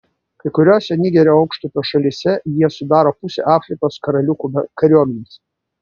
kai kuriose nigerio aukštupio šalyse jie sudaro pusę afrikos karaliukų kariuomenės